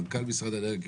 מנכ"ל משרד האנרגיה,